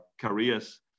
careers